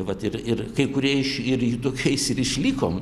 vat ir ir kai kurie iš ir tokiais ir išlikom